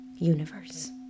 universe